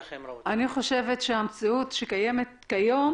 אני חושבת שהמציאות שקיימת כיום,